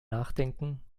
nachdenken